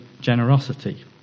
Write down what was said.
generosity